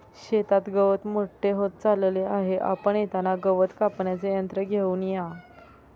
शेतात गवत मोठे होत चालले आहे, आपण येताना गवत कापण्याचे यंत्र घेऊन या